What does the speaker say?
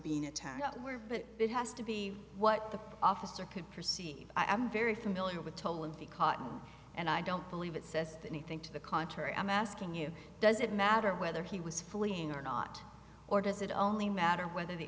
being attacked where but it has to be what the officer could perceive i'm very familiar with olympic cotton and i don't believe it says anything to the contrary i'm asking you does it matter whether he was fleeing or not or does it only matter whether the